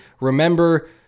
Remember